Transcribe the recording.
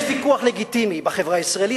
יש ויכוח לגיטימי בחברה הישראלית,